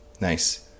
Nice